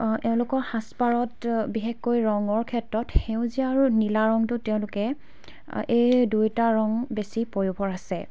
এওঁলোকোৰ সাজ পাৰত বিশেষকৈ ৰঙৰ ক্ষেত্ৰত সেউজীয়া আৰু নীলা ৰংটো তেওঁলোকে এই দুয়োটা ৰং বেছি পয়োভৰ আছে